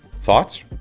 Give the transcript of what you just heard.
thoughts?